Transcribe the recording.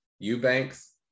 Eubanks